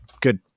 good